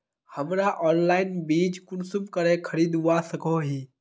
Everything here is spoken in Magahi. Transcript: हमरा ऑनलाइन बीज कुंसम करे खरीदवा सको ही?